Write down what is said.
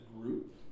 group